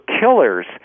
killers